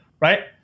right